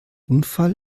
unfall